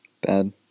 Bad